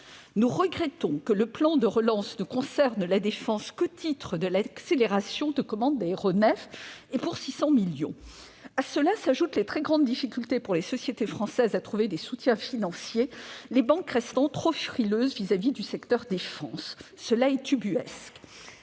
Nous regrettons que le plan de relance ne concerne la défense qu'au titre de l'accélération de commande d'aéronefs, et pour 600 millions d'euros. À cela s'ajoutent les très grandes difficultés pour les sociétés françaises à trouver des soutiens financiers, les banques restant trop frileuses vis-à-vis du secteur de la défense. C'est ubuesque.